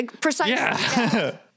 Precisely